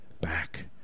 back